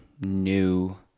new